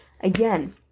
Again